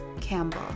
campbell